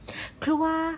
awak